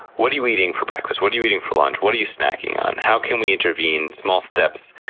what are you eating for breakfast? what are you eating for lunch? what are you snacking on? how can we intervene? small steps.